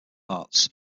arts